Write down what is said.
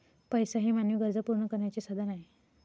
पैसा हे मानवी गरजा पूर्ण करण्याचे साधन आहे